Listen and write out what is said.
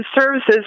services